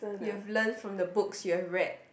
you have learned from the books you have read